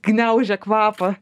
gniaužia kvapą